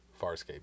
Farscape